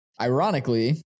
Ironically